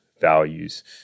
values